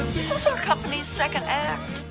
so our company's second act.